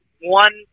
one